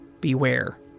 beware